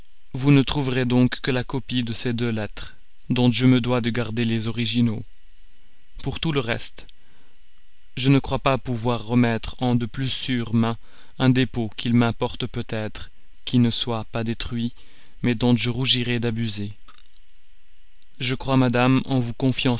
vous ne trouverez donc que la copie de ces deux lettres dont je me dois de garder les originaux pour tout le reste je ne crois pas pouvoir remettre en de plus sûres mains un dépôt qu'il m'importe peut-être qui ne soit pas détruit mais dont je rougirais d'abuser je crois madame en vous confiant